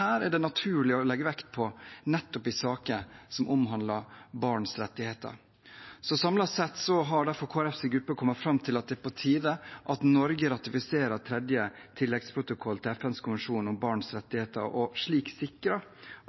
er det naturlig å legge vekt på nettopp i saker som omhandler barns rettigheter. Samlet sett har derfor Kristelig Folkepartis gruppe kommet fram til at det er på tide at Norge ratifiserer tredje tilleggsprotokoll til FNs konvensjon om barns rettigheter, og slik sikrer